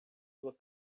sua